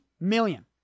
million